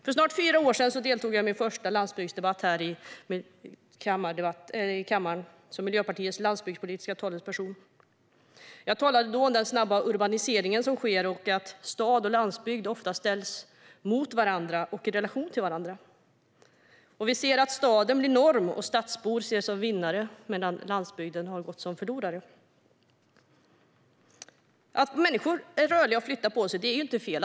För snart fyra år sedan deltog jag i min första landsbygdsdebatt här i kammaren som Miljöpartiets landsbygdspolitiska talesperson. Jag talade då om den snabba urbanisering som sker och att stad och landsbygd ofta ställs mot varandra och i relation till varandra. Vi ser att staden blir norm och stadsbor ses som vinnare medan landsbygdsbor ses som förlorare. Att människor är rörliga och flyttar på sig är inte fel.